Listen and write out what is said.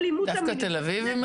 האלימות המינית --- דווקא תל אביב?